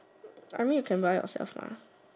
I mean you can buy yourself lah